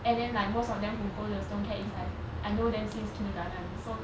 and then like most of them who go the student care is like I know them since kindergarten so